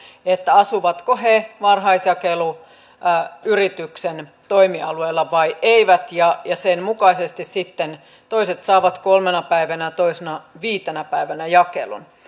asuvatko he varhaisjakeluyrityksen toimialueella vai eivät ja sen mukaisesti sitten toiset saavat kolmena päivänä ja toiset viitenä päivänä jakelun